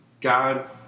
God